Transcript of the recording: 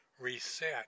reset